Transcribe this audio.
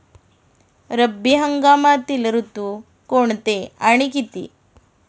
रब्बी हंगामातील ऋतू कोणते आणि किती?